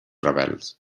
rebels